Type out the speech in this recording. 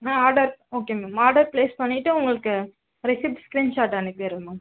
ma'am order okay ma'am order place பண்ணிவிட்டு உங்களுக்கு receipt screen shot அனுப்பிடுறேன் மேம்